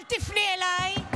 אל תפני אליי.